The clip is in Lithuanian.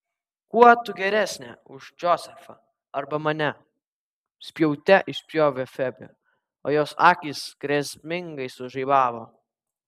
kuo tu geresnė už džozefą ar mane spjaute išspjovė febė o jos akys grėsmingai sužaibavo